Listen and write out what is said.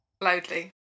loudly